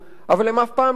אבל הם בכלל אף פעם לא מגיעים.